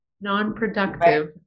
non-productive